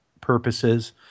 purposes